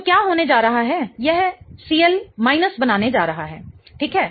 तो क्या होने जा रहा है यह Cl बनाने जा रहा है ठीक है